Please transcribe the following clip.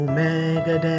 Omega